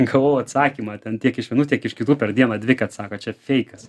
gavau atsakymą ten tiek iš vienų tiek iš kitų per dieną dvi kad sako čia feikas